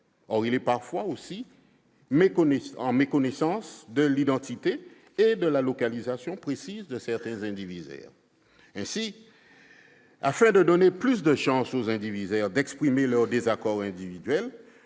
Or il y a parfois méconnaissance de l'identité et de la localisation précises de certains indivisaires. Aussi, afin de donner plus de chances aux indivisaires d'exprimer leur désaccord éventuel,